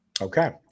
Okay